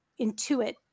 intuit